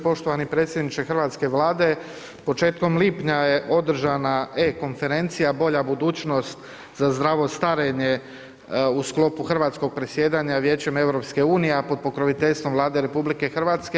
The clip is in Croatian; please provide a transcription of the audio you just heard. Poštovani predsjedniče hrvatske vlade, početkom lipnja je održana e-konferencija „Bolja budućnost za zdravo starenje“ u sklopu hrvatskog predsjedanja Vijećem EU, a pod pokroviteljstvom Vlade RH.